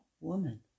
woman